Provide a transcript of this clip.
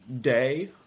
Day